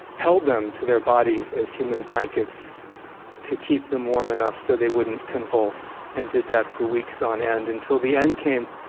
held them to their bodies as human blankets to keep them warm enough so they wouldn't convulse and did that for weeks on end until the end came